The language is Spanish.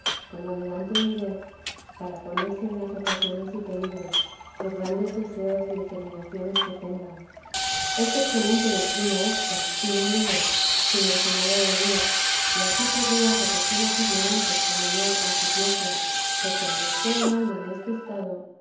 tanto que baste como adelante diré para ponerse en las ocasiones y peligros por grandes deseos y determinaciones que tengan es excelente doctrina ésta y no mía sino enseñada de dios y ansí querría que personas ignorantes como yo a supiesen porque aunque esté un alma en este estado